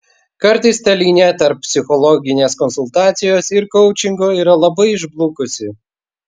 kartais ta linija tarp psichologinės konsultacijos ir koučingo yra labai išblukusi